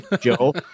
Joe